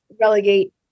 relegate